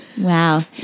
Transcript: Wow